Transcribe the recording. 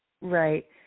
Right